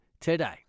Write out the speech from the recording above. today